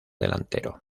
delantero